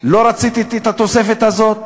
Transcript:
לא רציתי את התוספת הזאת,